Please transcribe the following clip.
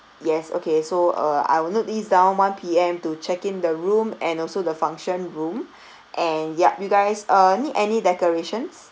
yes okay so uh I will note these down one P_M to check in the room and also the function room and yup you guys uh need any decorations